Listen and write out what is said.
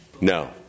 No